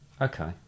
Okay